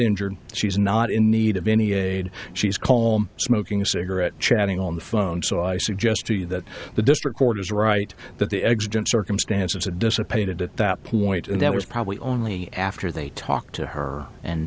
injured she's not in need of any aid she's calm smoking a cigarette chatting on the phone so i suggest to you that the district court is right that the existence circumstances had dissipated at that point and that was probably only after they talked to her and